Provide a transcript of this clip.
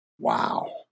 Wow